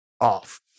off